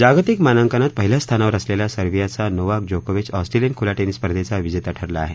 जागतिक मानांकनात पहिल्या स्थानावर असलेला सर्बियाचा नोवाक जोकोविच ऑस्ट्रेलियन खुल्या टेनिस स्पर्धेचा विजेता ठरला आहे